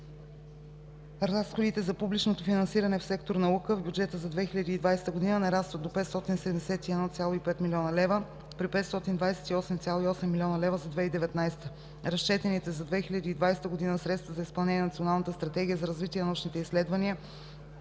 Разходите за публичното финансиране в сектор „Наука“ в бюджета за 2020 г. нарастват до 571,5 млн. лв. при 528,8 млн. лв. за 2019 г. Разчетените за 2020 г. средства за изпълнение на Националната стратегия за развитие на научните изследвания